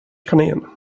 kanin